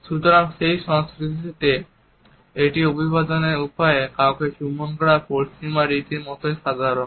সুতরাং সেই সংস্কৃতিতে এটি অভিবাদনের উপায়ে কাউকে চুম্বন করা পশ্চিমা রীতির মতোই সাধারণ